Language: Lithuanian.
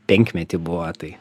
penkmetį buvo tai